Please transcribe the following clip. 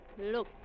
Look